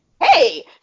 hey